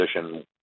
position